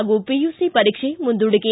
ಹಾಗೂ ಪಿಯುಸಿ ಪರೀಕ್ಷೆ ಮುಂದೂಡಿಕೆ